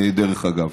דרך אגב.